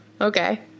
Okay